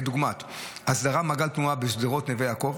כדוגמת הסדרת מעגל תנועה בשדרות נווה יעקב,